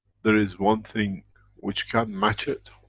there is one thing which can match it,